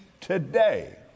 today